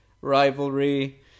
rivalry